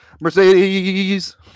Mercedes